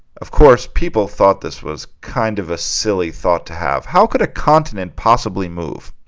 of course people thought this was kind of a silly thought to have how could a continent possibly move?